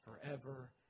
forever